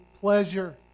pleasure